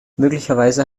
möglicherweise